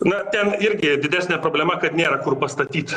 na ten irgi didesnė problema kad nėra kur pastatyt